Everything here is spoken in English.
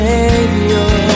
Savior